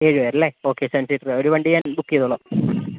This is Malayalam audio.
ഏഴ് പേരല്ലേ ഓക്കെ സെവൻ സീറ്ററ് ഒരു വണ്ടി ഞാൻ ബുക്ക് ചെയ്തുകൊളളാം